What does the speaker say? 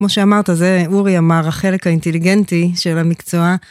כמו שאמרת, זה אורי אמר, החלק האינטליגנטי של המקצוע